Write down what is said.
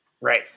Right